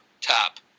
top